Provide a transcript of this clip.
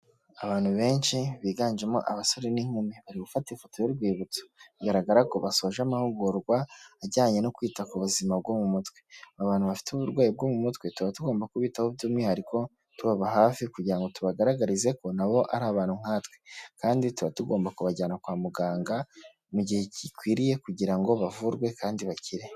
Abantu benshi biganjemo abasore n'inkumi, bari gufata ifoto y'urwibutso bigaragara ko basoje amahugurwa ajyanye no kwita ku buzima bwo mu mutwe. Abantu bafite uburwayi bwo mu mutwe tuba tugomba kubitaho by'umwihariko tubaba hafi, kugira ngo tubagaragarize ko nabo ari abantu nkatwe, kandi tuba tugomba kubajyana kwa muganga mu gihe gikwiriye kugira ngo bavurwe kandi bakire.